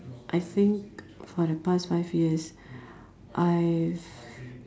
I think for the past five years I've